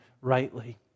rightly